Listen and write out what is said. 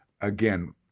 Again